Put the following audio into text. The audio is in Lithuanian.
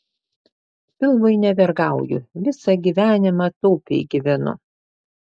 pilvui nevergauju visą gyvenimą taupiai gyvenu